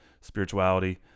spirituality